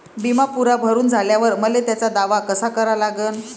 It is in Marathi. बिमा पुरा भरून झाल्यावर मले त्याचा दावा कसा करा लागन?